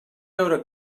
veure